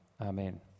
Amen